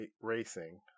Racing